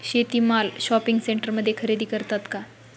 शेती माल शॉपिंग सेंटरमध्ये खरेदी करतात का?